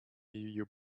your